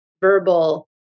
verbal